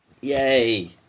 Yay